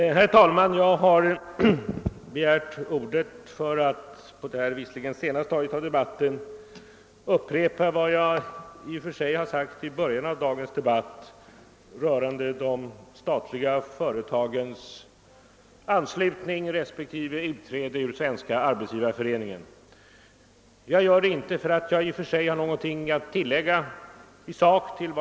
Herr talman! Jag har begärt ordet för att på detta sena stadium av debatten upprepa vad jag redan sagt i början av dagens debatt i frågan om de statliga företagens anslutning till respektive utträde ur Svenska arbetsgivareföreningen. Jag gör det inte därför att jag i sak har något att tillägga.